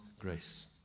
grace